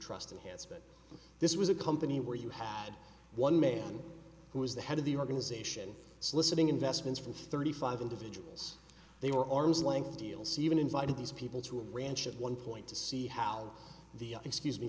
trust and has been this was a company where you had one man who was the head of the organization soliciting investments from thirty five individuals they were arms length deals even invited these people to a ranch at one point to see how the excuse me